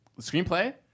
Screenplay